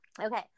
Okay